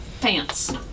pants